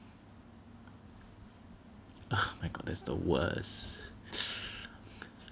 oh my god that's the worst